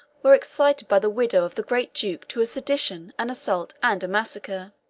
were excited by the widow of the great duke to a sedition, an assault, and a massacre.